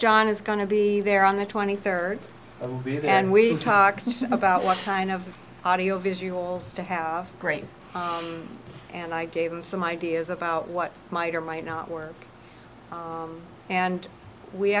john is going to be there on the twenty third and we talked about what kind of audiovisuals to have great and i gave him some ideas about what might or might not work and we